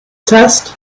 test